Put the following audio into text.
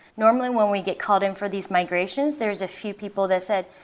normally, when we get called in for these migrations, there's a few people that said,